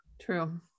True